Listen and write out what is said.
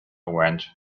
went